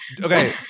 Okay